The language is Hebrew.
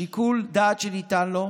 שיקול דעת שניתן לו,